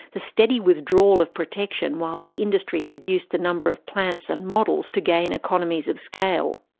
the steady withdrawal of protection while the industry reduced the number of plants and models to gain economies of scale.